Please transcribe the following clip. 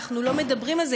אנחנו לא מדברים על זה.